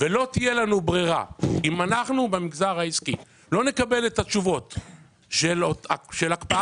לא תהיה לנו ברירה אם אנחנו במגזר העסקי לא נקבל תשובות של הקפאת